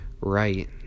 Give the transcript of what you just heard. right